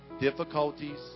difficulties